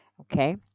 Okay